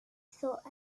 thought